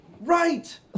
Right